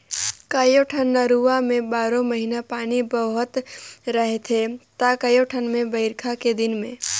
कयोठन नरूवा में बारो महिना पानी बोहात रहथे त कयोठन मे बइरखा के दिन में